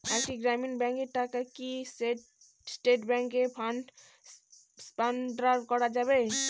একটি গ্রামীণ ব্যাংকের টাকা কি স্টেট ব্যাংকে ফান্ড ট্রান্সফার করা যাবে?